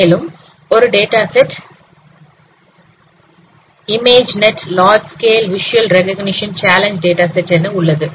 மேலும் ஒரு data set " ImageNet large scale visual recognition challenge data set" உள்ளது